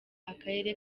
akarere